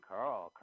Carl